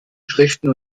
schriften